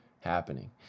happening